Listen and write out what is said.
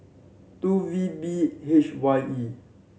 two V B H Y E